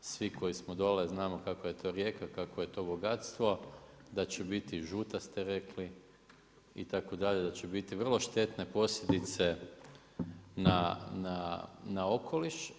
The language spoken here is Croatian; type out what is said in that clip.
Svi koji smo dole znamo kakva je to rijeka, kakvo je to bogatstvo, da će biti žuta ste rekli itd., da će biti vrlo štetne posljedice na okoliš.